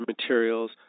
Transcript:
materials